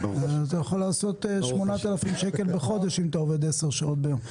אתה יכול לעשות 8,000 שקל בחודש אם אתה עובד עשר שעות ביום.